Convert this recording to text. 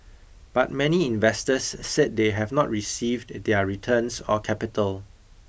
but many investors said they have not received their returns or capital